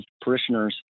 parishioners